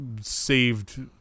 saved